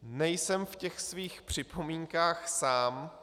Nejsem ve svých připomínkách sám.